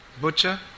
Butcher